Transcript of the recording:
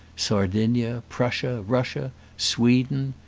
sardinia, prussia, russia, sweden,